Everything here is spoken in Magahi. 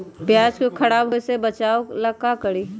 प्याज को खराब होय से बचाव ला का करी?